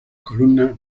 columnas